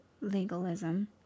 legalism